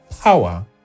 power